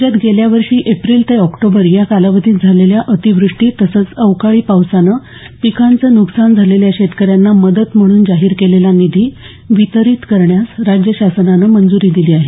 राज्यात गेल्या वर्षी एप्रिल ते ऑक्टोबर या कालावधीत झालेल्या अतिव्रष्टी तसंच अवकाळी पावसानं पिकांचं नुकसान झालेल्या शेतकऱ्यांना मदत म्हणून जाहीर केलेला निधी वितरीत करण्यास राज्य शासनानं मंजुरी दिली आहे